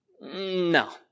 No